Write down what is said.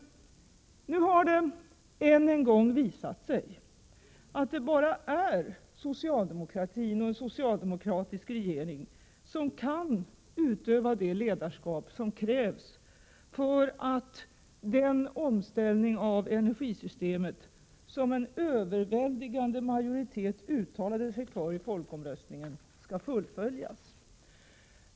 Nu har det än en gång visat sig att det bara är socialdemokratin och en socialdemokratisk regering som kan utöva det ledarskap som krävs för att den omställning av energisystemet som en överväldigande majoritet uttalade sig för i folkomröstningen skall fullföljas.